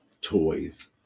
toys